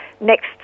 next